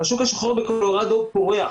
השוק השחור בקולורדו פורח.